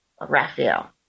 Raphael